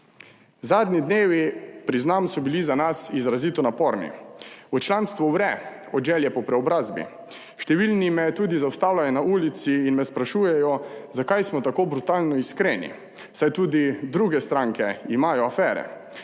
Zadnji dnevi, priznam, so bili za nas izrazito naporni. V članstvu vre od želje po preobrazbi. Številni me tudi zaustavljajo na ulici in me sprašujejo, zakaj smo tako brutalno iskreni, saj tudi druge stranke imajo afere.